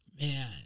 Man